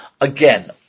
Again